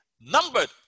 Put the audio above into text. numbered